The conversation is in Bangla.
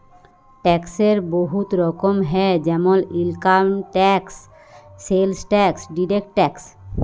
ট্যাক্সের বহুত রকম হ্যয় যেমল income tax, sales tax, direct tax